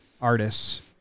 artists